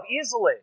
easily